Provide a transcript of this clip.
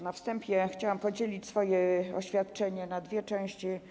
Na wstępie chciałam podzielić swoje oświadczenie na dwie części.